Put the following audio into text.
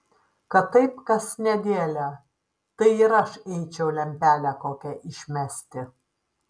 kad taip kas nedėlią tai ir aš eičiau lempelę kokią išmesti